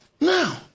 Now